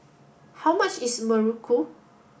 how much is Muruku